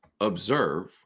observe